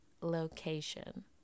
location